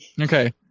okay